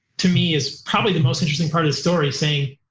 to me is probably the most interesting part of the story saying.